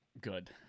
Good